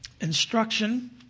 instruction